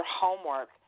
homework